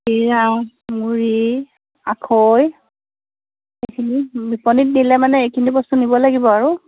চিৰা মুড়ি আখৈ এইখিনি বিপনীত দিলে মানে এইখিনি বস্তু নিব লাগিব আৰু